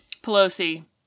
Pelosi